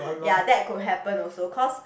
ya that could happen also cause